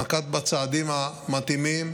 נקט את הצעדים המתאימים,